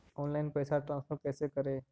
Online पैसा transfer कैसे करे?